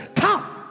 Come